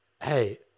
hey